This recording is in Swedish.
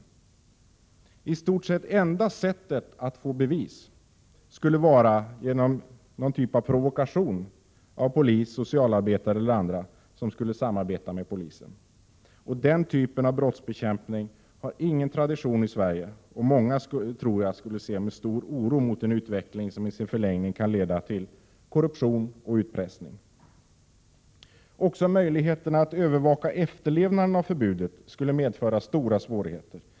Det i stort sett enda sättet att få bevis skulle vara genom någon typ av provokation av polis, socialarbetare eller andra som samarbetade med polisen. Den typen av brottsbekämpning har ingen tradition i Sverige, och många ser med stor oro mot en utveckling som i sin förlängning kan leda till korruption och utpressning. Också möjligheten att övervaka efterlevnaden av förbudet skulle medföra stora svårigheter.